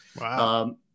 Wow